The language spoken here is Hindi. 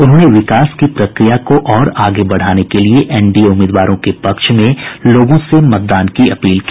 उन्होंने विकास की प्रक्रिया को और आगे बढ़ाने के लिए एनडीए उम्मीदवारों के पक्ष में लोगों से मतदान की अपील की